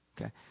Okay